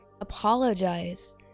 apologize